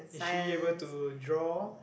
is she able to draw